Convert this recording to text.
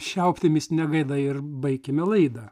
šia optimistine gaida ir baikime laidą